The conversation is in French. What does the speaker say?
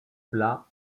plat